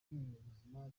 rw’ibinyabuzima